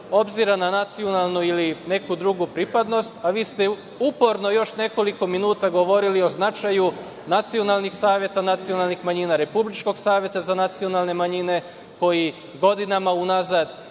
na nacionalnu ili neku drugu pripadnost, a vi ste uporno još nekoliko minuta govorili o značaju nacionalnih saveta nacionalnih manjina, Republičkog saveta za nacionalne manjine koji godinama unazad